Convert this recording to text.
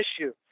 issue